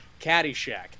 Caddyshack